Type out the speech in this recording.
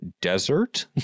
desert